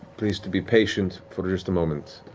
please to be patient, for just a moment.